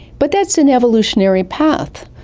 but that's an evolutionary path.